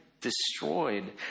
destroyed